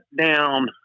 down